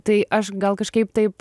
tai aš gal kažkaip taip